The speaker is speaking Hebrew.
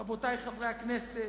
רבותי חברי הכנסת,